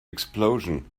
explosion